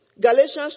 Galatians